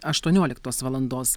aštuonioliktos valandos